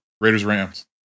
Raiders-Rams